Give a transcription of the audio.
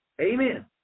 Amen